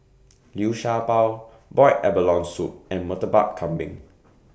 Liu Sha Bao boiled abalone Soup and Murtabak Kambing